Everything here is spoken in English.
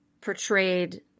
portrayed